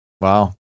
Wow